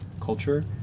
culture